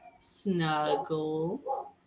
snuggle